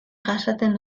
jasaten